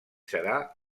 serà